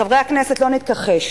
חברי הכנסת, לא נתכחש.